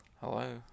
Hello